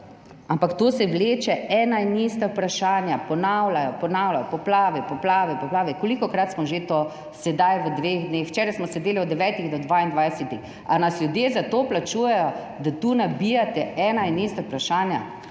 ampak to se vleče, ena in ista vprašanja se ponavljajo, ponavljajo – poplave, poplave, poplave. Kolikokrat smo že to sedaj v dveh dneh? Včeraj smo sedeli od 9. do 22., ali nas ljudje za to plačujejo, da tu nabijate ena in ista vprašanja?